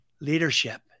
leadership